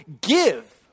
give